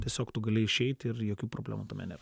tiesiog tu gali išeiti ir jokių problemų tame nėr